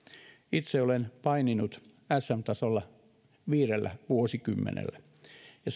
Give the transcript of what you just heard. itse olen paininut sm tasolla viidellä vuosikymmenellä ja